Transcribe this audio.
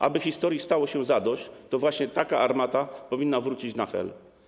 Aby historii stało się zadość, to właśnie taka armata powinna wrócić na Hel.